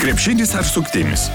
krepšinis ar suktinis